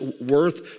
worth